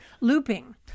Looping